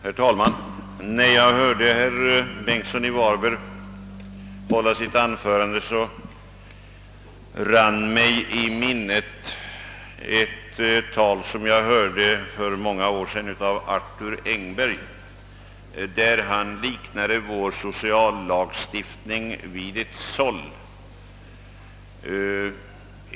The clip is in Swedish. Herr talman! När jag lyssnade till herr Bentgsson i Varberg, föll mig i minnet ett tal av Arthur Engberg, som jag hörde för många år sedan och i vilket han liknade vår sociallagstiftning vid ett såll.